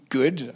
good